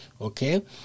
Okay